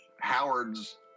Howard's